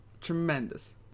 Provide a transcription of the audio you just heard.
Tremendous